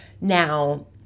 Now